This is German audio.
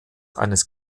eines